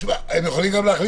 יכולים גם להחליט